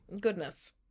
Goodness